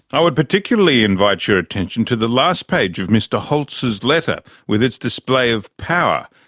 i would particularly invite your attention to the last page of mr holtz's letter with its display of power,